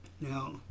Now –